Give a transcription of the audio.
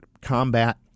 combat